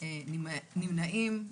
אושר פה אחד 3. אין מתנגדים ואין נמנעים.